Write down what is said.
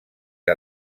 que